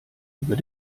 über